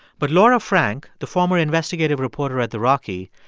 but laura frank, the former investigative reporter at the rocky,